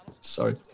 Sorry